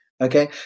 Okay